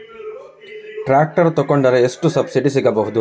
Tractor ತೊಕೊಂಡರೆ ಎಷ್ಟು subsidy ಸಿಗಬಹುದು?